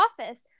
office